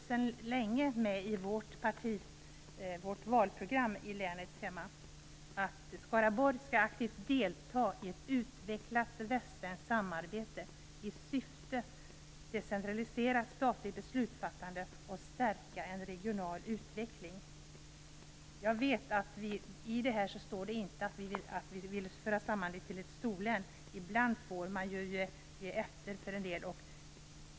Sedan länge har vi i vårt valprogram i hemlänet med att Skaraborg aktivt skall delta i ett utvecklat västsvenskt samarbete i syfte att decentralisera statligt beslutsfattande och stärka en regional utveckling. Jag vet att i det här står det inte att vi vill föra samman regionerna till ett storlän - ibland får man ju ge efter för en del saker.